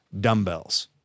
dumbbells